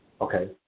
Okay